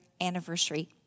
anniversary